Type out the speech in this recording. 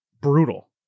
brutal